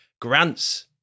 Grants